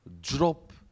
Drop